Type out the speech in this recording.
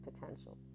potential